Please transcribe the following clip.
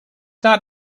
not